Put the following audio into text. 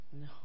No